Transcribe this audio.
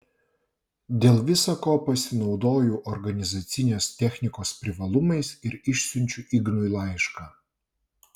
dėl visa ko pasinaudoju organizacinės technikos privalumais ir išsiunčiu ignui laišką